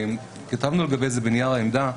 כתבנו לגבי זה בנייר העמדה.